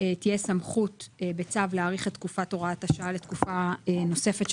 תהיה סמכות להאריך את תקופת הוראת השעה לתקופה נוספת,